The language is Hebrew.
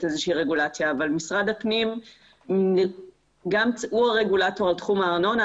איזושהי רגולציה אבל משרד הפנים הוא הרגולטור על תחום הארנונה